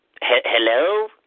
hello